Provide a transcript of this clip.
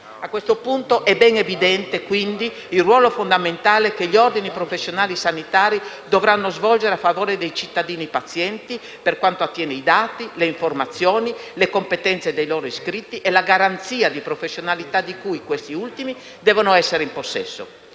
A questo punto è ben evidente, dunque, il ruolo fondamentale che gli ordini professionali sanitari dovranno svolgere a favore dei cittadini-pazienti per quanto attiene ai dati, alle informazioni, alle competenze dei loro iscritti e alla garanzia di professionalità di cui questi ultimi devono essere in possesso.